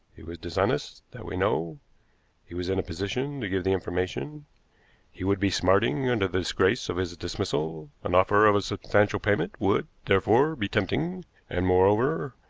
he was dishonest, that we know he was in a position to give the information he would be smarting under the disgrace of his dismissal an offer of a substantial payment would, therefore, be tempting and, moreover,